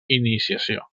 iniciació